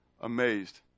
amazed